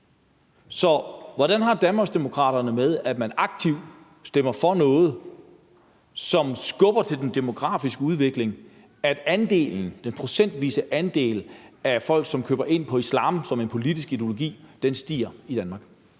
Så hvordan har Danmarksdemokraterne det med, at man aktivt stemmer for noget, som skubber til den demografiske udvikling, så den procentvise andel af folk, som køber ind på islam som en politisk ideologi, stiger i Danmark?